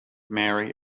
mary